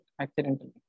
accidentally